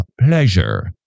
pleasure